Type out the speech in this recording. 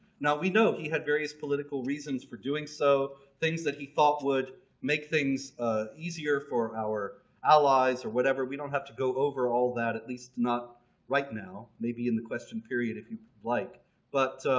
now we know he had various political reasons for doing so. things that he thought would make things easier for our allies or whatever. we don't have to go over all that. at least not right now. maybe in the question period if you like but